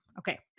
Okay